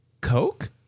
Coke